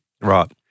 Right